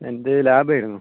എൻ്റെ ലാബ് ആയിരുന്നു